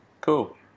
cool